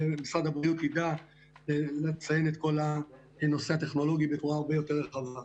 ומשרד הבריאות יידע לנצל את כל הנושא הטכנולוגי בצורה יותר רחבה.